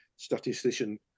Statistician